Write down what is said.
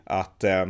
att